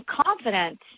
confident